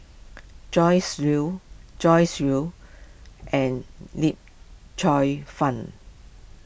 Joyce Jue Joyce Jue and Yip Cheong Fun